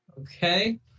Okay